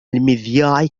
المذياع